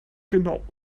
genau